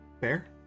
Fair